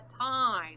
time